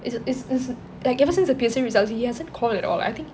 is is is like ever since the P_S_L_E results he hasn't call at all I think